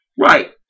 Right